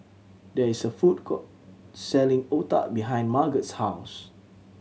there is a food court selling otah behind Margot's house